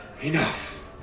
Enough